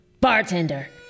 Bartender